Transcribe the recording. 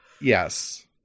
Yes